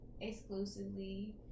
exclusively